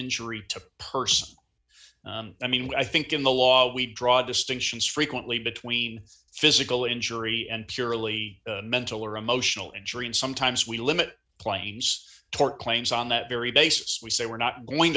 a person i mean we i think in the law we draw distinctions frequently between physical injury and purely mental or emotional injury and sometimes we limit planes tort claims on that very basis we say we're not going